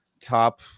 top